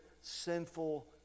sinful